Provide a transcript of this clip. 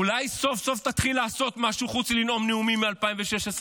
אולי סוף-סוף תתחיל לעשות משהו חוץ מלנאום נאומים מ-2016?